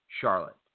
Charlotte